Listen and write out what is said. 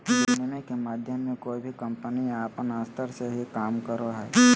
विनिमय के माध्यम मे कोय भी कम्पनी अपन स्तर से ही काम करो हय